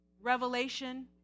revelation